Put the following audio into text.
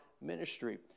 ministry